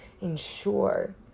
ensure